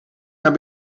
naar